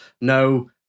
no